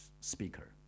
speaker